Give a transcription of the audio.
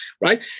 right